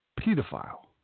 pedophile